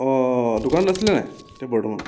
অ' দোকানত আছিলে নাই এতিয়া বৰ্তমান